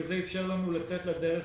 וזה אפשר לנו לצאת לדרך